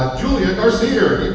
julia garcia,